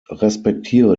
respektiere